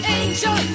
angel